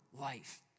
life